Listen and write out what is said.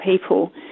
people